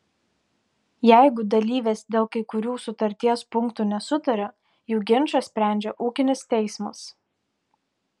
jeigu dalyvės dėl kai kurių sutarties punktų nesutaria jų ginčą sprendžia ūkinis teismas